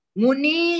muni